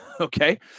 Okay